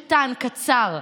קטן, קצר,